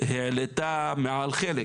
העלתה מעל חלק,